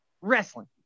wrestling